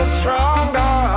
stronger